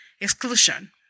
exclusion